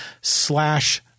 slash